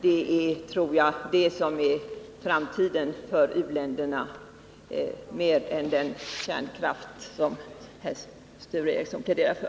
Och det tror jag är framtiden för u-länderna mer än den kärnkraft som Sture Ericson pläderar för.